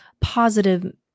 positive